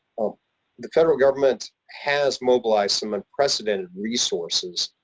the federal government has mobilized some unprecedented resources.